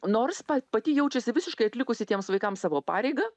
nors pa pati jaučiasi visiškai atlikusi tiems vaikams savo pareigą